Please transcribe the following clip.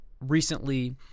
recently